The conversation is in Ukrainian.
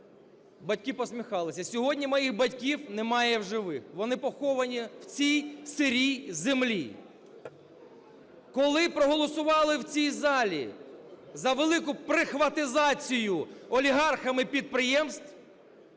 батьки посміхалися. Сьогодні моїх батьків в живих, вони поховані в цій сирій землі. Коли проголосували в цій залі за велику "прихватизацію" олігархами підприємств,